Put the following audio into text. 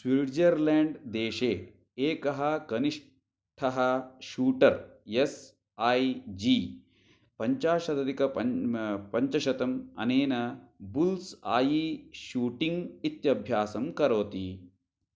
Switzerland देशे एकः कनिष्ठः शूटर् एस् ऐ जी पञ्चाशताधिक पञ्चशतम् अनेन बुल्स् ऐ शूटिङ्ग् इत्यभ्यासं करोति